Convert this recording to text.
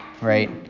right